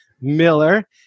Miller